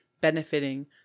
benefiting